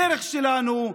הדרך שלנו,